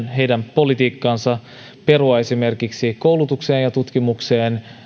politiikkaansa perua esimerkiksi koulutukseen ja tutkimukseen